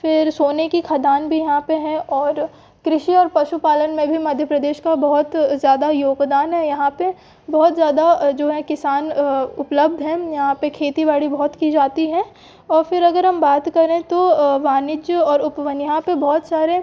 फिर सोने की खादान भी यहाँ पर है और कृषि और पशुपालन में भी मध्य प्रदेश का बहुत ज़्यादा योगदान है यहाँ पर बहुत ज़्यादा जो हैं किसान उपलब्ध हैं यहाँ पर खेती बाड़ी बहुत की जाती है और फिर अगर हम बात करें तो वानिज्य और उपवन यहाँ पर बहुत सारे